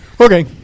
Okay